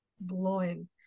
blowing